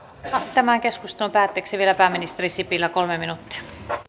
tämän keskustelun päätteeksi vielä pääministeri sipilä kolme minuuttia